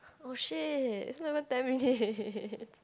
oh shit is not even ten minutes~